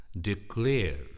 declare